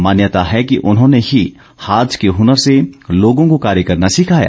मान्यता है कि उन्होंने ही हाथ के हुनर से लोगों को कार्य करना सिखाया